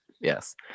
Yes